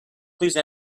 please